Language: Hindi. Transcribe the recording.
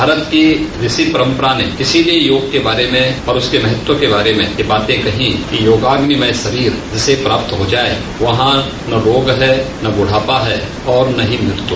भारत की इसी परम्परा ने इसीलिए योग के बारे में और उसके महत्व के बारे में ये बातें कही योगामय शरीर जिसे प्राप्त हो जाए वहां न रोग है न बुढ़ापा है और न ही मृत्यु